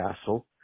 castle